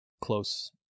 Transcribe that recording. close